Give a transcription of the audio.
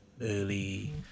early